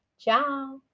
Ciao